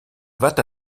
wat